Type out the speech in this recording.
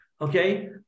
okay